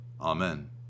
Amen